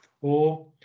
four